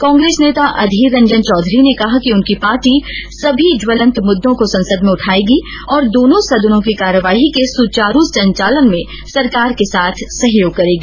कांग्रेस नेता अधीर रंजन चौधरी ने कहा कि उनकी पार्टी सभी ज्वलंत मुद्दों को संसद में उठायेगी और दोनों सदनों की कार्यवाही के सुचारू संचालन में सरकार के साथ सहयोग करेगी